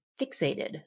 fixated